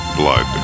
blood